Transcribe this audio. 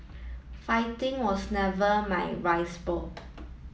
fighting was never my rice bowl